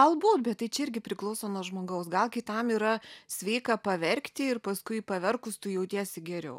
galbūt bet tai čia irgi priklauso nuo žmogaus gal kitam yra sveika paverkti ir paskui paverkus tu jautiesi geriau